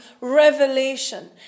revelation